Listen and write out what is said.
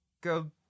go